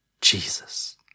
Jesus